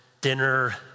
dinner